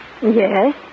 Yes